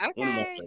Okay